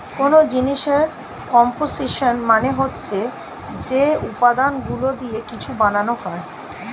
কোন জিনিসের কম্পোসিশন মানে হচ্ছে যে উপাদানগুলো দিয়ে কিছু বানানো হয়